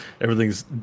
Everything's